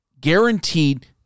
guaranteed